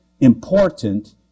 important